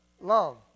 Love